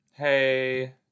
Hey